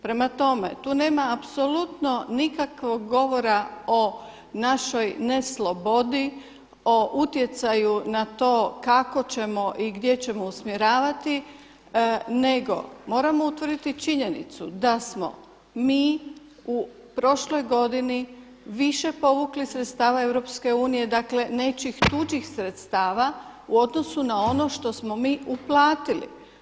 Prema tome, tu nema apsolutno nikakvog govora o našoj neslobodi, o utjecaju na to kako ćemo i gdje ćemo usmjeravati nego moramo utvrditi činjenicu da smo mi u prošloj godini više povukli sredstava EU, dakle nečijih tuđih sredstava u odnosu na ono što smo mi uplatili.